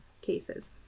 cases